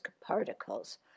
particles